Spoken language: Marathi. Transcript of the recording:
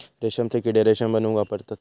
रेशमचे किडे रेशम बनवूक वापरतत